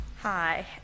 Hi